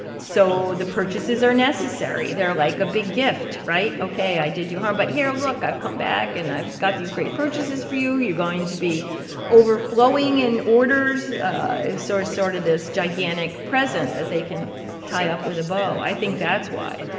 so the purchases are necessary. they're like a big gift, right? ok. i did you harm. but here, look. i've come back, and i've got these great purchases for you. you're going to be overflowing in orders so sort of this gigantic present that they can tie up with a bow. i think that's why.